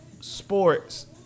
sports